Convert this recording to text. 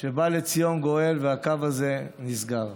שבא לציון גואל והקו הזה נסגר.